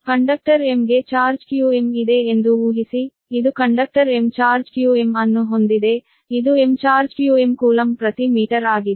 conductor m ಗೆ charge qm ಇದೆ ಎಂದು ಊಹಿಸಿ ಇದು ಕಂಡಕ್ಟರ್ m ಚಾರ್ಜ್ qm ಅನ್ನು ಹೊಂದಿದೆ ಇದು m ಚಾರ್ಜ್ qm ಕೂಲಂಬ್ ಪ್ರತಿ ಮೀಟರ್ ಆಗಿದೆ